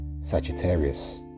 Sagittarius